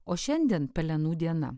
o šiandien pelenų diena